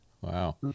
Wow